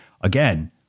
Again